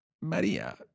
María